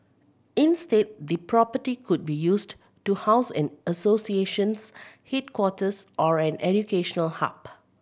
instead the property could be used to house an association's headquarters or an educational hub